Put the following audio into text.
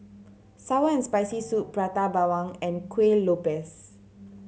sour and Spicy Soup Prata Bawang and Kueh Lopes